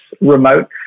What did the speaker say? remote